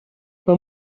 man